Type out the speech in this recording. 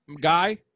guy